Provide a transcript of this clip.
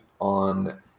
on